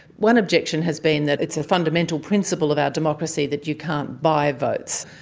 one objection has been that it's a fundamental principle of our democracy that you can't buy votes,